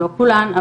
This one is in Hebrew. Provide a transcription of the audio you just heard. לא כולן,